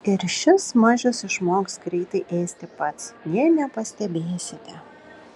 ir šis mažius išmoks greitai ėsti pats nė nepastebėsite